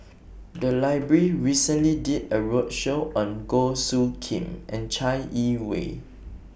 The Library recently did A roadshow on Goh Soo Khim and Chai Yee Wei